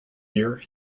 year